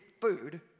food